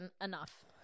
Enough